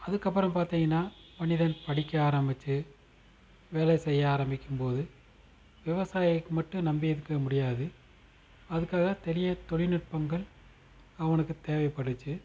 அதுக்கப்புறம் பார்த்தீங்கன்னா மனிதன் படிக்க ஆரம்பிச்சு வேலை செய்ய ஆரம்பிக்கும்போது விவசாய்க்கு மட்டும் நம்பி இருக்க முடியாது அதுக்காக தெளிய தொழில்நுட்பங்கள் அவனுக்கும் தேவைப்பட்டுச்சு